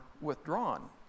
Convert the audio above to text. withdrawn